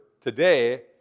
today